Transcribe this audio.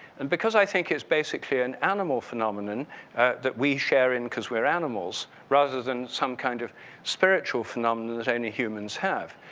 and because i think it's basically an animal phenomenon that we share in because we're animals, rather than some kind of spiritual phenomenon that any humans have.